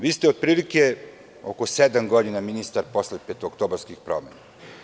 Vi ste otprilike oko sedam godina ministar posle petooktobarskih promena.